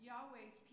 Yahweh's